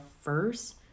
first